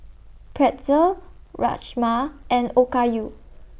Pretzel Rajma and Okayu